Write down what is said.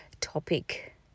topic